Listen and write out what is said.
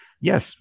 yes